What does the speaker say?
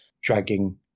dragging